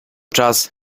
czas